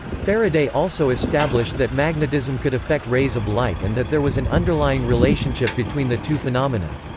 faraday also established that magnetism could affect rays of light and that there was an underlying relationship between the two phenomena.